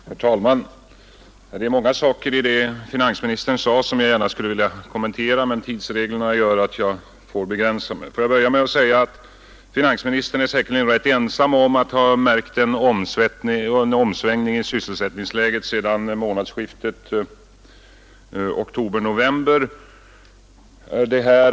Herr talman! Det är många saker i finansministerns anförande som jag gärna skulle vilja kommentera, men tidsreglerna gör att jag får begränsa mig. Får jag börja med att säga att finansministern säkerligen är rätt ensam om att ha märkt en omsvängning i sysselsättningsläget sedan månadsskiftet oktober-november.